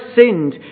sinned